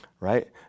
right